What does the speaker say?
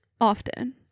often